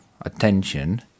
attention